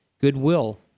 Goodwill